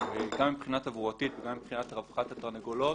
גם מבחינה תברואתית וגם מבחינת רווחת התרנגולות,